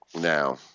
Now